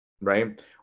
Right